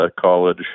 college